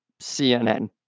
CNN